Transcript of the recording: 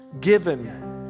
given